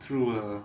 through a